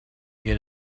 get